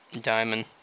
Diamond